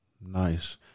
Nice